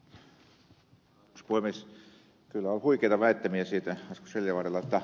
kyllä on huikeita väittämiä siitä ed